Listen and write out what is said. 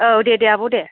औ दे दे आब' दे